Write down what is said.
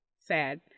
Sad